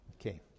Okay